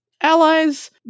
allies